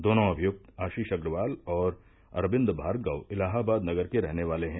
दोनों अभियुक्त आशीष अग्रवाल और अरविन्द भार्गव इलाहाबाद नगर के रहने वाले हैं